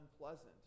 unpleasant